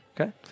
Okay